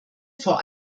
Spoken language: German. vor